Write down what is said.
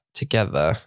together